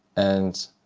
and